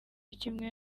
kimwe